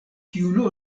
kiun